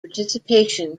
participation